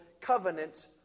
covenant